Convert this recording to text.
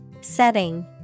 setting